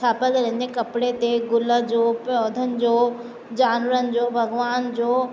छापागरियुनि कपिड़े ते गुल जो पौधनि जो जानवरनि जो भॻवान जो